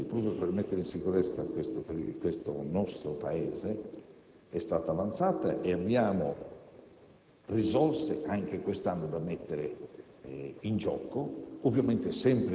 Tuttavia, la richiesta di fondi per il riassetto territoriale di questo nostro Paese è stata avanzata e abbiamo risorse, anche quest'anno, da mettere in